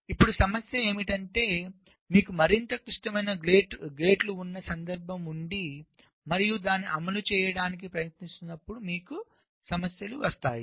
ఇప్పుడు సమస్య ఏమిటంటే మీకు మరింత క్లిష్టమైన గేట్లు ఉన్న సందర్భం ఉండి మరియు దాన్ని అమలు చేయడానికి ప్రయత్నిస్తున్నప్పుడు మీకు సమస్యలు వస్తాయి